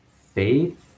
faith